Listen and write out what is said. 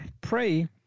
pray